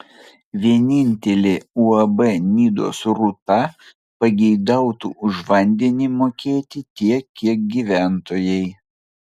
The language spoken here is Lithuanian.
vienintelė uab nidos rūta pageidautų už vandenį mokėti tiek kiek gyventojai